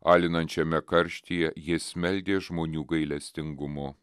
alinančiame karštyje jis meldė žmonių gailestingumo